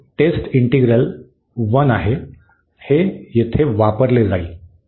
हे test integral - I आहे हे तेथे वापरले जाईल